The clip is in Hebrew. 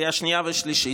בקריאה שנייה ושלישית,